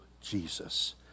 Jesus